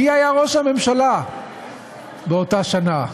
מי היה ראש הממשלה באותה שנה?